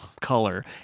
color